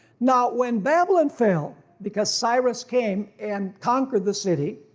now when babylon fell because cyrus came and conquered the city,